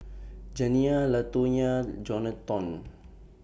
Janiyah Latonya Jonathon